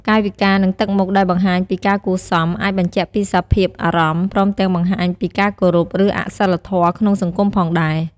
កាយវិការ និងទឹកមុខដែលបង្ហាញពីការគួរសម អាចបញ្ជាក់ពីសភាពអារម្មណ៍ ព្រមទាំងបង្ហាញពីការគោរព ឬអសីលធម៌ក្នុងសង្គមផងដែរ។